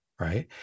right